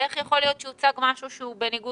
איך יכול להיות שהוצג משהו שהוא בניגוד